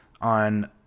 on